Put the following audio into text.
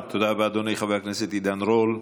אזורי שיפוט,